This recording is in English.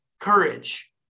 courage